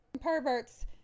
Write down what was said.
perverts